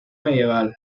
medieval